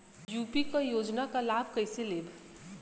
UP क योजना क लाभ कइसे लेब?